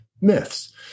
myths